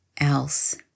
else